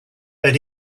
then